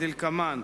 כדלקמן: